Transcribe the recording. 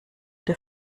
der